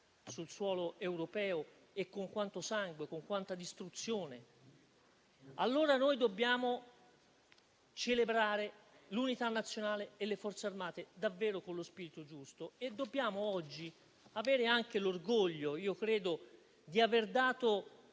sul suolo europeo, con quanto sangue e con quanta distruzione. Dobbiamo celebrare l'Unità nazionale e le Forze armate davvero con lo spirito giusto e dobbiamo oggi anche averne l'orgoglio. Credo di aver dato